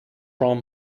rum